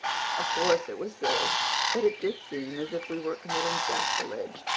of course, it was silly but it did seem as if we were committing sacrilege.